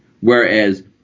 Whereas